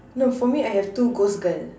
no for me I have two ghost girl